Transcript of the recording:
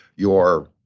your